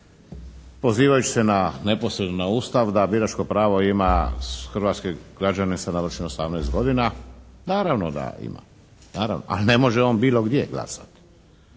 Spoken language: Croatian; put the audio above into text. pozivajući se na neposredno na Ustav da biračko pravo ima iz Hrvatske građane sa navršenih 18 godina. Naravno da ima, naravno. A ne može on bilo gdje glasovati